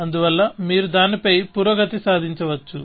అందువలన మీరు దానిపై పురోగతి సాధించవచ్చు